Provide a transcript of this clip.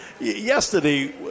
yesterday